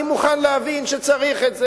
אני מוכן להבין שצריך את זה,